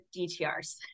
DTRs